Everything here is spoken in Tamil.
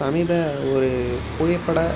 சமீப ஒரு புகைப்பட